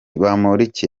bamporiki